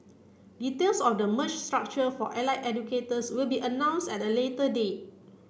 details of the merged structure for allied educators will be announced at a later date